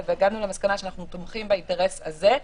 והגענו למסקנה שאנחנו תומכים באינטרס הזה,